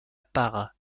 parra